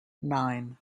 nine